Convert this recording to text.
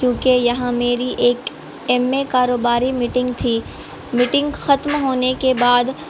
کیونکہ یہاں میری ایک ایم اے کاروباری میٹنگ تھی میٹنگ ختم ہونے کے بعد